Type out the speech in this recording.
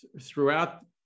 throughout